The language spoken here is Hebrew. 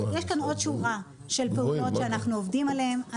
יש כאן עוד שורה של פעולות שאנחנו עובדים עליהם.